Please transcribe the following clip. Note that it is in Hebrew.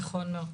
נכון מאוד.